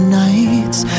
nights